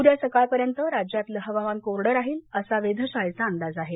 उद्या सकाळपर्यंत राज्यातलं हवामान कोरडं राहील असा वेधशाळेचा अंदाज आहे